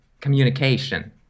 communication